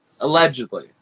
Allegedly